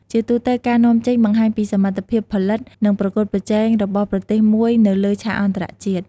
ជាទូទៅ ការនាំចេញបង្ហាញពីសមត្ថភាពផលិត និងប្រកួតប្រជែងរបស់ប្រទេសមួយនៅលើឆាកអន្តរជាតិ។